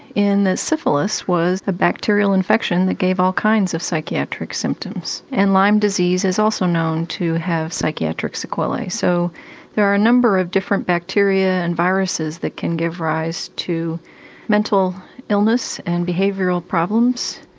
in that syphilis was a bacterial infection that gave all kinds of psychiatric symptoms. and lyme disease is also known to have psychiatric sequellae. so there are a number of different bacteria and viruses that can give rise to mental illness and behavioural problems.